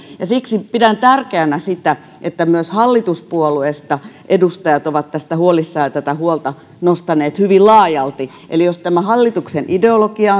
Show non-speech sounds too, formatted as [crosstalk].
ja työllistymismahdollisuuksia siksi pidän tärkeänä sitä että myös hallituspuolueista edustajat ovat tästä huolissaan ja tätä huolta nostaneet hyvin laajalti eli jos hallituksen ideologia [unintelligible]